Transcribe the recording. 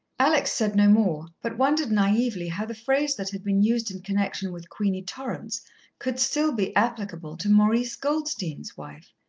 alex said no more, but wondered naively how the phase that had been used in connection with queenie torrance could still be applicable to maurice goldstein's wife.